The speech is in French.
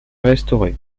restauré